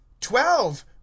twelve